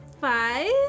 five